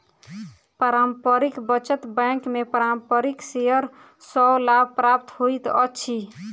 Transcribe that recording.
पारस्परिक बचत बैंक में पारस्परिक शेयर सॅ लाभ प्राप्त होइत अछि